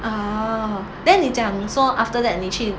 orh then 你讲说 after that 你去